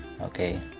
okay